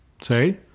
say